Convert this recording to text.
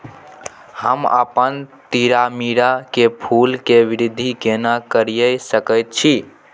हम अपन तीरामीरा के फूल के वृद्धि केना करिये सकेत छी?